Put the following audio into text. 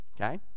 Okay